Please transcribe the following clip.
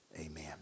amen